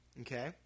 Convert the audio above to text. Okay